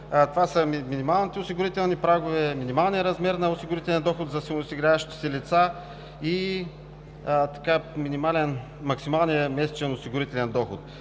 това са минималните осигурителни прагове, минималният размер на осигурителния доход за самоосигуряващите се лица и максималният месечен осигурителен доход.